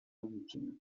maritimes